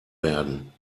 werden